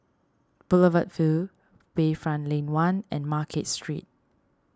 Boulevard Vue Bayfront Lane one and Market Street